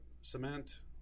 cement